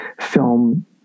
film